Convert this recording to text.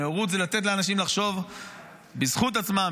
נאורות זה לתת לאנשים לחשוב בזכות עצמם,